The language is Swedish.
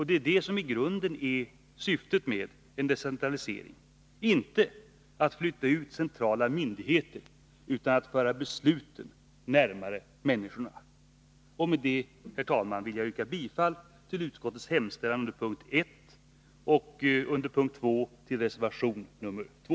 Det är detta som i grunden är syftet med en decentralisering — inte att flytta ut centrala myndigheter utan att föra besluten närmare människorna. Med det, herr talman, vill jag vid mom. 1 yrka bifall till utskottets hemställan och vid mom. 2 till reservation 2.